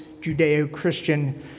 judeo-christian